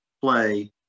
play